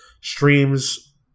streams